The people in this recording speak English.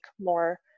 more